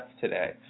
today